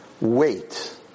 wait